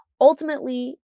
Ultimately